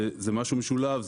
זה משהו משולב.